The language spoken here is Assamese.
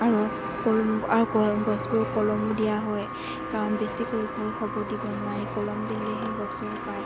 আৰু কলম আৰু গছবোৰ কলমো দিয়া হয় কাৰণ বেছিকৈ ওখ হ'ব দিব নোৱাৰি কলম দিলেহে গছৰ পাত